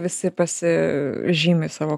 visi pasižymi savo